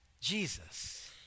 Jesus